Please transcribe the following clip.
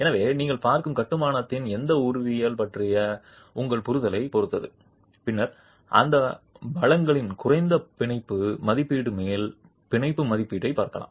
எனவே நீங்கள் பார்க்கும் கட்டுமானத்தின் எந்த உருவவியல் பற்றிய உங்கள் புரிதலைப் பொறுத்து பின்னர் அந்த பலங்களின் குறைந்த பிணைப்பு மதிப்பீடு மேல் பிணைப்பு மதிப்பீட்டைப் பார்க்கலாம்